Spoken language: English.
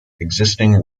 existing